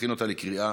אז רגע.